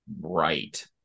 right